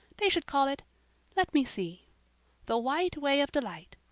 they should call it let me see the white way of delight.